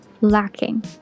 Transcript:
lacking